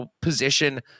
position